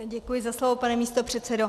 Děkuji za slovo, pane místopředsedo.